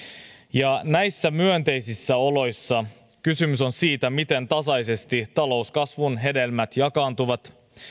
näissä myönteisissä oloissa kysymys on siitä miten tasaisesti talouskasvun hedelmät jakaantuvat